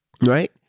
right